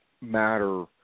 matter